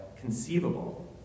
conceivable